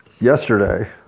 yesterday